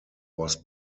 was